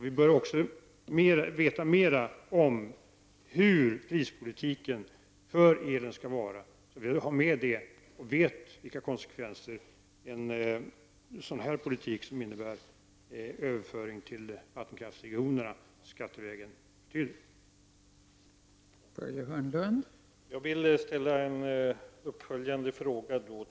Vi bör också veta mer om hur prispolitiken för el skall vara beskaffad och vilka konsekvenser en politik, som innebär överföring till vattenkraftsregionerna skattevägen, medför.